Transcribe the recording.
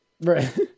Right